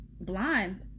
blind